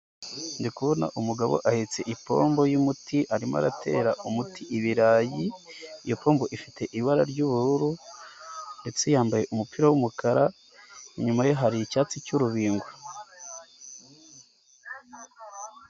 Ndi kubona umugabo ahetse ipombo y'umuti arimo aratera umuti ibirayi iyo pombo ifite ibara ry'ubururu ndetse yambaye umupira w'umukara inyuma ye hari icyatsi cy'urubingo.